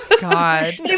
God